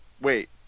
wait